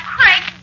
Craig